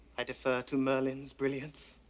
i defer to merlin's brilliance.